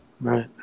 Right